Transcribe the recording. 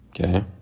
Okay